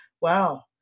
wow